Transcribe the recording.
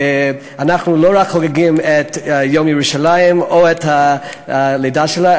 ואנחנו לא רק חוגגים את יום ירושלים או את הלידה שלה,